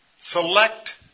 Select